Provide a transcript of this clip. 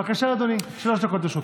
בבקשה, אדוני, שלוש דקות לרשותך.